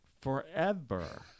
Forever